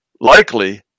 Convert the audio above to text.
likely